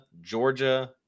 Georgia